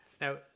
now